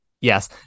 yes